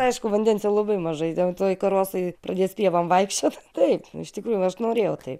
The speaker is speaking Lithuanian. aišku vandens jau labai mažai dėl to ir karosai pradės pievom vaikščiot taip iš tikrųjų aš norėjau taip